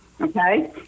Okay